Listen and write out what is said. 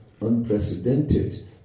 unprecedented